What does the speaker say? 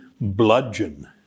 bludgeon